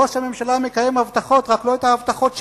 ראש הממשלה מקיים הבטחות, רק לא את ההבטחות שלו,